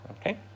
okay